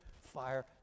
fire